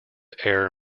air